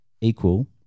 equal